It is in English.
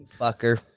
Fucker